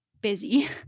busy